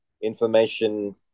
information